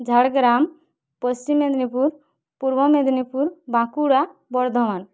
Jhargram Paschim Medinipur Purba Medinipur Bankura Bardhaman